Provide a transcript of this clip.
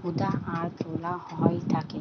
হুদা আর তোলা হয় থাকে